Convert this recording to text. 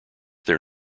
their